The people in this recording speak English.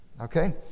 Okay